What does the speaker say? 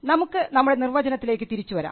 നമുക്ക് നമ്മുടെ നിർവ്വചനത്തിലേക്ക് തിരിച്ചു വരാം